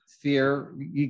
fear